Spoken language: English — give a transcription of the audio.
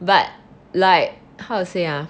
but like how to say ah